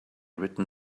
written